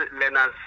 learners